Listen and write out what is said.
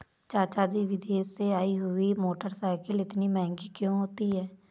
चाचा जी विदेश से आई हुई मोटरसाइकिल इतनी महंगी क्यों होती है?